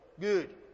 Good